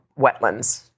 wetlands